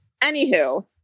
Anywho